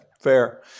fair